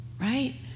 Right